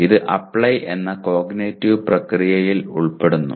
ഇത് അപ്ലൈ എന്ന കോഗ്നിറ്റീവ് പ്രക്രിയയിൽ ഉൾപ്പെടുന്നു